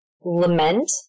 Lament